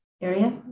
area